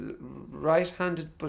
right-handed